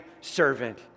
servant